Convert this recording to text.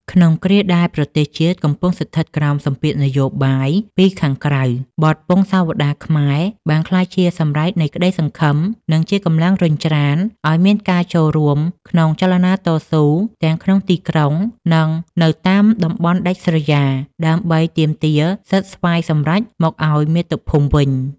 ក្នុងគ្រាដែលប្រទេសជាតិកំពុងស្ថិតក្រោមសម្ពាធនយោបាយពីខាងក្រៅ បទពង្សាវតារខ្មែរបានក្លាយជាសម្រែកនៃក្តីសង្ឃឹម និងជាកម្លាំងរុញច្រានឱ្យមានការចូលរួមក្នុងចលនាតស៊ូទាំងក្នុងទីក្រុង និងនៅតាមតំបន់ដាច់ស្រយាល ដើម្បីទាមទារសិទ្ធិស្វ័យសម្រេចមកឱ្យមាតុភូមិវិញ។